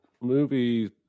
movie